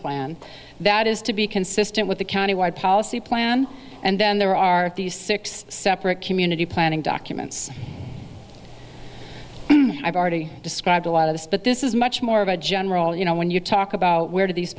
plan that is to be consistent with the county wide policy plan and then there are these six separate community planning documents i've already described a lot of this but this is much more of a general you know when you talk about where do these